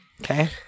Okay